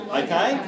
okay